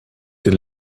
den